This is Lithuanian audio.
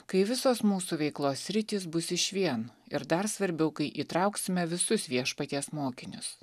kai visos mūsų veiklos sritys bus išvien ir dar svarbiau kai įtrauksime visus viešpaties mokinius